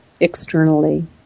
externally